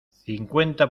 cincuenta